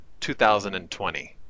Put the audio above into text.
2020